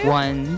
one